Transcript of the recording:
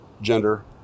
gender